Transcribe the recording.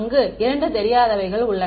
அங்கு இரண்டு தெரியாதவைகள் மட்டுமே உள்ளன